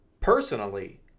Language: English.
personally